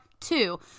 Two